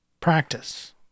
practice